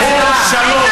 כבר הוספתי לך.